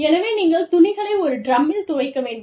எனவே நீங்கள் துணிகளை ஒரு டிரம்மில் துவைக்க வேண்டும்